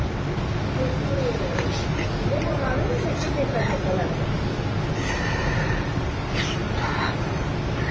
तुस उ'य्यै बोल्ला दे नी जेह्के ठेका शेका लैंदे